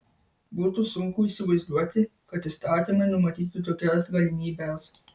būtų sunku įsivaizduoti kad įstatymai numatytų tokias galimybes